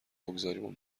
بگذاریم